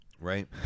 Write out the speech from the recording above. right